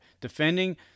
defending